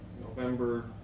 November